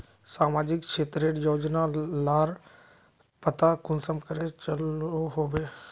सामाजिक क्षेत्र रेर योजना लार पता कुंसम करे चलो होबे?